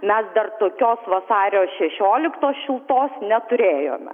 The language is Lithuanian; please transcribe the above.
mes dar tokios vasario šešioliktos šiltos neturėjome